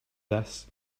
this